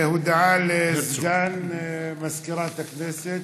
הודעה לסגן מזכירת הכנסת.